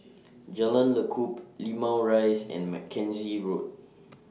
Jalan Lekub Limau Rise and Mackenzie Road